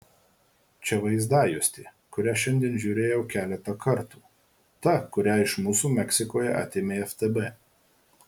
čia vaizdajuostė kurią šiandien žiūrėjau keletą kartų ta kurią iš mūsų meksikoje atėmė ftb